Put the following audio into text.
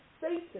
Satan